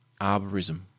arborism